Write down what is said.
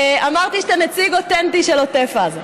אמרתי שאתה נציג אותנטי של עוטף עזה,